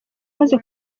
umaze